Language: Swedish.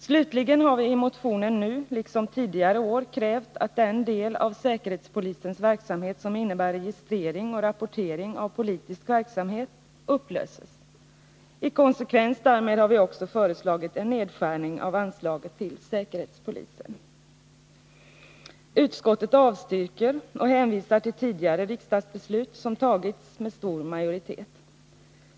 Slutligen har vi i motionen, nu liksom tidigare år, krävt att den del av säkerhetspolisens verksamhet som innebär registrering och rapportering av politisk verksamhet upplöses. I konsekvens därmed har vi också föreslagit en nedskärning av anslaget till säkerhetspolisen. Utskottet avstyrker och hänvisar till tidigare riksdagsbeslut, som fattats med stor majoritet.